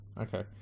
okay